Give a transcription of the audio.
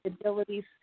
abilities